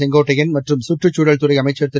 செங்கேட்டையன் மற்றும் சுற்றுச்சூழல் துறை அமைச்சர் திரு